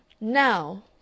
now